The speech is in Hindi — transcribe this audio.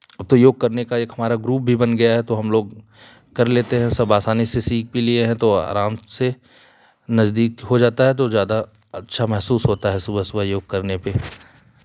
तो योग करने का एक हमारा ग्रूप भी बन गया है तो हम लोग कर लेते हैं सब आसानी से सीख भी लिए हैं तो आराम से नज़दीक हो जाता है तो ज़्यादा अच्छा महसूस होता है सुबह सुबह योग करने पे